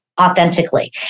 authentically